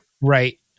right